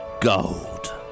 gold